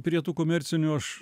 prie tų komercinių aš